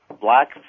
black